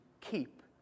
keep